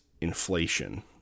inflation